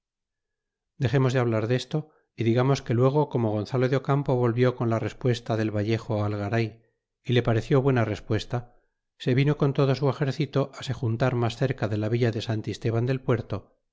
dexemos de hablar desto y digamos que luego como gonzalo de campo volvió con la respues ta del vallejo al garay y le pareció buena respuesta se vino con todo su exercito á se juntar mas cerca de la villa de santisteban del puerto